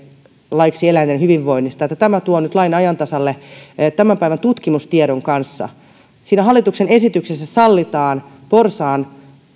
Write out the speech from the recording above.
laiksi eläinten hyvinvoinnista tuo nyt lain ajan tasalle tämän päivän tutkimustiedon kanssa hallituksen esityksessä sallitaan porsaan